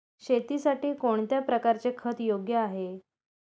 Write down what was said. शेतीसाठी कोणत्या प्रकारचे खत योग्य आहे?